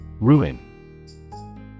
Ruin